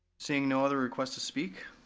seeing no other requests to speak,